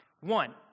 One